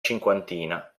cinquantina